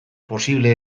posible